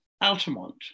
Altamont